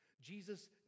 Jesus